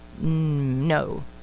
No